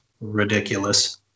ridiculous